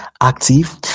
active